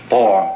Four